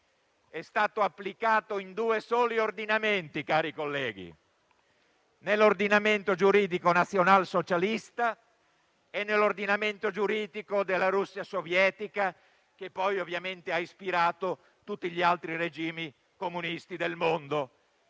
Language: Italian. è stato applicato in due soli ordinamenti, cari colleghi: nell'ordinamento giuridico nazionalsocialista e nell'ordinamento giuridico della Russia sovietica, che poi ovviamente ha ispirato tutti gli altri regimi comunisti del mondo.